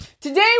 today